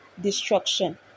destruction